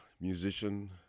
musician